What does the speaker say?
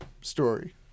story